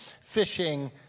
fishing